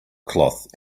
cloth